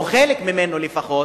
או חלק ממנו לפחות,